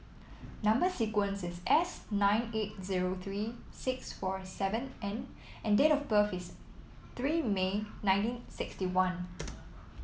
number sequence is S nine eight zero three six four seven N and date of birth is three May nineteen sixty one